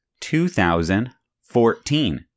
2014